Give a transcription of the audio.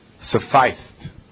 sufficed